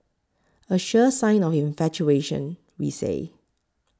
a sure sign of infatuation we say